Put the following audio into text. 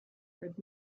heard